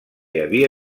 havia